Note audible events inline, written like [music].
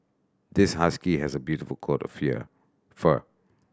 this husky has a beautiful coat of [unintelligible] fur